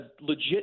legit